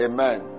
Amen